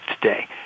today